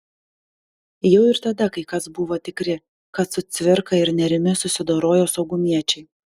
jau ir tada kai kas buvo tikri kad su cvirka ir nėrimi susidorojo saugumiečiai